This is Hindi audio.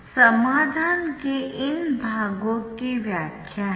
तो यह समाधान के इन भागों की व्याख्या है